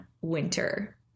winter